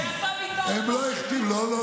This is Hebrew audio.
זה יצא, לא לא לא, הם לא הכתיבו לנו.